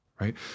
right